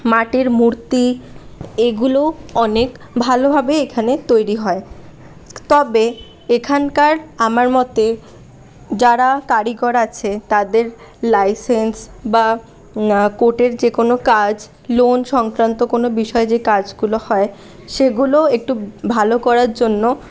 মাটির মূর্তি এগুলোও অনেক ভালোভাবে এখানে তৈরি হয় তবে এখানকার আমার মতে যারা কারিগর আছে তাদের লাইসেন্স কোর্টের যে কোনো কাজ লোন সংক্রান্ত কোনো বিষয় যে কাজগুলো হয় সেগুলো একটু ভালো করার জন্য